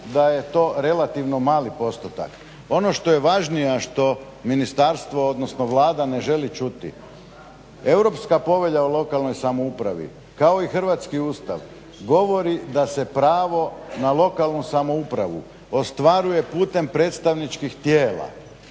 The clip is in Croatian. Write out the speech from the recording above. da je to relativno mali postotak. Ono što je važnije, a što ministarstvo, odnosno Vlada ne želi čuti. Europska povelja o lokalnoj samoupravi kao i hrvatski Ustav govori da se pravo na lokalnu samoupravu ostvaruje putem predstavničkih tijela